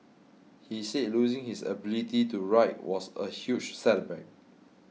he said losing his ability to write was a huge setback